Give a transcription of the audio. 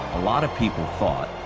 a lot of people thought,